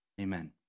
Amen